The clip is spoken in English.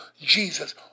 Jesus